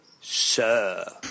Sir